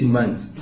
months